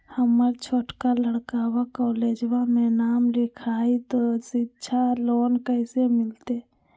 हमर छोटका लड़कवा कोलेजवा मे नाम लिखाई, तो सिच्छा लोन कैसे मिलते?